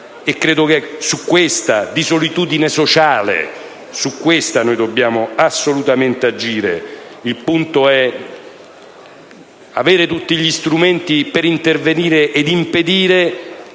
Credo che è su questa solitudine sociale che noi dobbiamo assolutamente agire. Il punto è avere tutti gli strumenti per intervenire e adottare